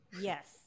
Yes